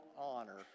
honor